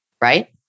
Right